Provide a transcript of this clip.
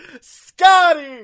Scotty